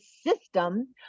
system